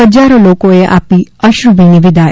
ફજારો લોકોએ આપી અશ્રુભીની વિદાય